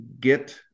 get